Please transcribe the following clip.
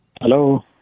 Hello